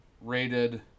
rated